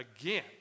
again